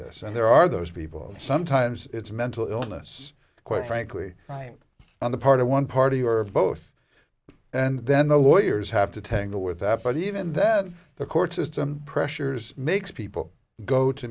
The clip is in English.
this and there are those people sometimes it's mental illness quite frankly i'm on the part of one party or both and then the lawyers have to tangle with that but even then the court system pressures makes people go to